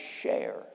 share